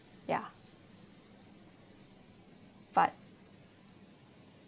ya but